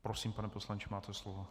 Prosím, pane poslanče, máte slovo.